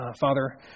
Father